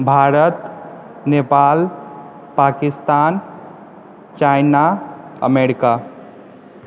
Bharat Nepal Pakistan China America